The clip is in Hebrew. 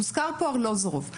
הוזכר פה ארלוזורוב.